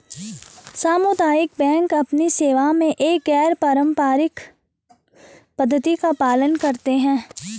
सामुदायिक बैंक अपनी सेवा में एक गैर पारंपरिक पद्धति का पालन करते हैं